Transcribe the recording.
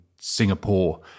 Singapore